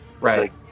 Right